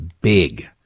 big